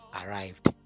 arrived